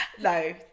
No